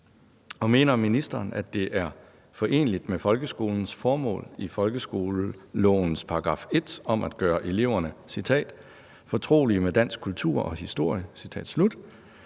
og mener ministeren, at det er foreneligt med folkeskolens formål i folkeskolelovens § 1 om at gøre eleverne »fortrolige med dansk kultur og historie«, at